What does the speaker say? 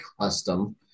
custom